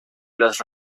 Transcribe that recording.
los